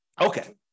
Okay